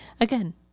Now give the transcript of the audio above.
again